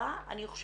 השנים